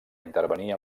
intervenir